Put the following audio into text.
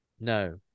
No